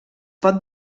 pot